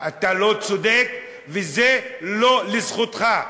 אתה לא צודק, וזה לא לזכותך.